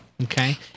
Okay